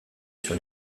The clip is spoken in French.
sur